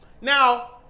Now